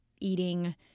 eating